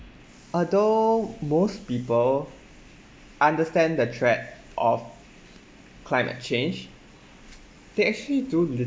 although most people understand the threat of climate change they actually do